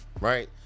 right